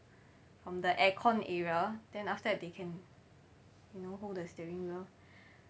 from the aircon area then after that they can you know hold the steering wheel